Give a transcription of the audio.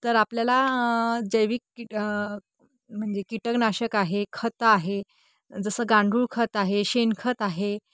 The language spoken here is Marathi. तर आपल्याला जैविक कीट म्हणजे कीटकनाशक आहे खत आहे जसं गांडूळ खत आहे शेणखत आहे